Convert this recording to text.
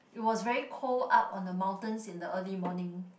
it was very cold up on the mountains in the early morning